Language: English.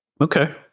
Okay